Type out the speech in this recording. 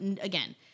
again